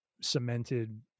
cemented